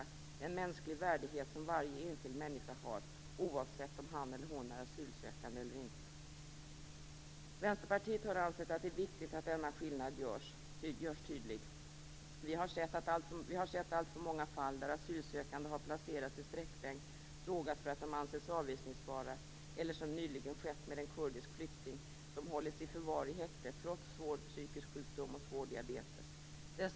Det är en mänskligt värdighet som varje enskild människa har oavsett om han eller hon är asylsökande. Vänsterpartiet har ansett att det är viktigt att denna skillnad görs tydlig. Vi har sett alltför många fall där asylsökande har placerats i sträckbänk, drogats för att de ansetts "avvisningsbara" eller - som nyligen skett med en kurdisk flykting - hållits i förvar i häkte trots svår psykisk sjukdom och svår diabetes.